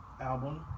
album